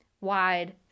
wide